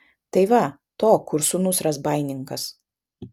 tai va to kur sūnus razbaininkas